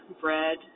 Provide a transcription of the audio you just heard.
bread